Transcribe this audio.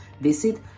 Visit